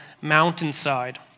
mountainside